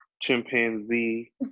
chimpanzee